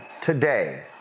today